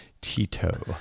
Tito